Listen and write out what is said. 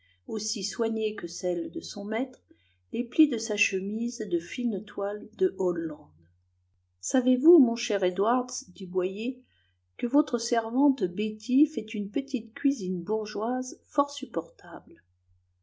aussi soignée que celle de son maître les plis de sa chemise de fine toile de hollande savez-vous mon cher edwards dit boyer que votre servante betty fait une petite cuisine bourgeoise fort supportable